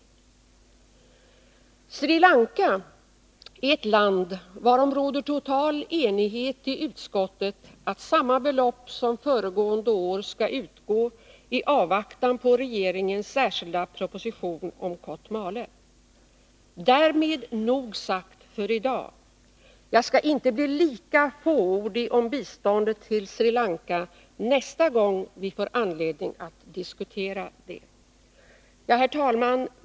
När det gäller Sri Lanka råder det total enighet i utskottet om att samma belopp som föregående år skall utgå i avvaktan på regeringens särskilda proposition om Kotmale. Därmed nog sagt för i dag. Jag skall inte bli lika fåordig om biståndet till Sri Lanka nästa gång vi får anledning att diskutera detta. Herr talman!